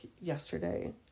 yesterday